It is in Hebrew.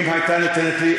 אם הייתה ניתנת לי,